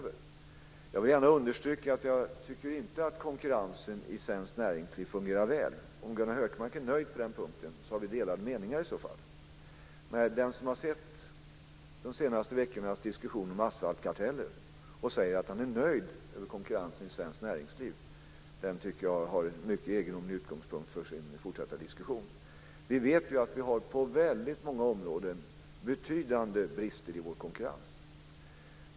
Jag vill gärna understryka att jag inte tycker att konkurrensen i svenskt näringsliv fungerar väl. Om Gunnar Hökmark är nöjd på den punkten har vi delade meningar. Den som har sett de senaste veckornas diskussion om asfaltkarteller och säger att han är nöjd med konkurrensen i svenskt näringsliv tycker jag har en mycket egendomlig utgångspunkt för sin fortsatta diskussion. Vi vet att vi på väldigt många områden har betydande brister i vår konkurrens.